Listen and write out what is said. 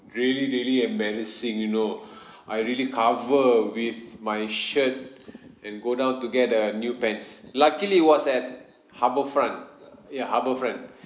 really really embarrassing you know I really cover with my shirt and go down to get a new pants luckily it was at harbourfront uh ya harbourfront